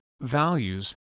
values